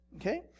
Okay